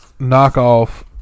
knockoff